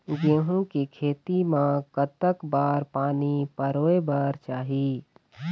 गेहूं के खेती मा कतक बार पानी परोए चाही?